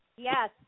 Yes